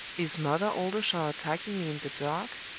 is mother oldershaw attacking me in the dark?